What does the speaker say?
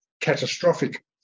catastrophic